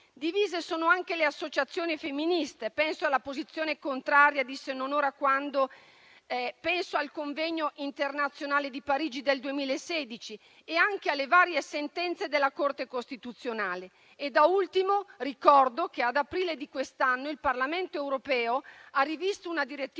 Divise sono anche le associazioni femministe; penso alla posizione contraria di "Se non ora, quando", penso al Convegno internazionale di Parigi del 2016 e anche alle varie sentenze della Corte costituzionale. Da ultimo ricordo che ad aprile di quest'anno il Parlamento europeo ha rivisto una direttiva